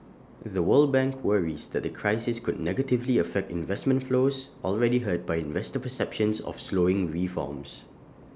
the world bank worries that the crisis could negatively affect investment flows already hurt by investor perceptions of slowing reforms